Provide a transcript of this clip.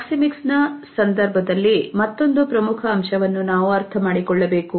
ಪ್ರಾಕ್ಸಿಮಿಕ್ಸ್ನ ಸಂದರ್ಭದಲ್ಲಿ ಮತ್ತೊಂದು ಪ್ರಮುಖ ಅಂಶವನ್ನು ನಾವು ಅರ್ಥಮಾಡಿಕೊಳ್ಳಬೇಕು